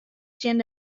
tsjin